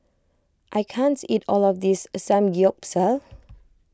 I can't eat all of this Samgyeopsal